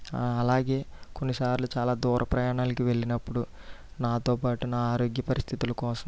అలాగే కొన్నిసార్లు చాలా దూర ప్రయాణాలకి వెళ్ళినప్పుడు నాతోపాటు నా ఆరోగ్య పరిస్థితులు కోసం